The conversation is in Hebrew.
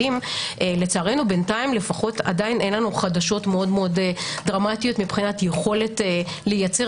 לצערנו בינתיים עדיין אין לנו חדשות מאוד דרמטיות מבחינת יכולת לייצר